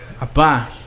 Apa